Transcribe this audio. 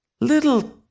little